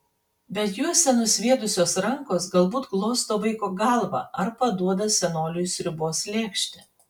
bet juos ten nusviedusios rankos galbūt glosto vaiko galvą ar paduoda senoliui sriubos lėkštę